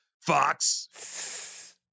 fox